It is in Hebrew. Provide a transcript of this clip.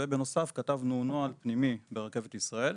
ובנוסף כתבנו נוהל פנימי ברכבת ישראל,